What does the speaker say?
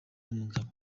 n’umugabo